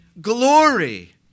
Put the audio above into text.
glory